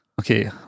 Okay